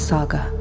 Saga